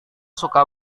suka